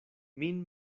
min